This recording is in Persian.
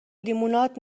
لیموناد